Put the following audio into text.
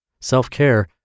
Self-care